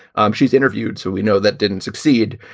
um she's interviewed. so we know that didn't succeed.